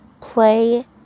play